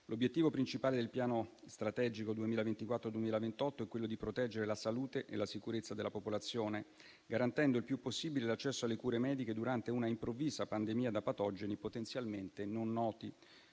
L'obiettivo principale del piano strategico 2024-2028 è quello di proteggere la salute e la sicurezza della popolazione, garantendo il più possibile l'accesso alle cure mediche durante una improvvisa pandemia da patogeni potenzialmente non noti.